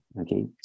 Okay